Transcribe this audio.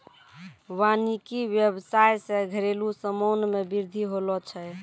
वानिकी व्याबसाय से घरेलु समान मे बृद्धि होलो छै